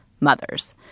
mothers